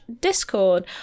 Discord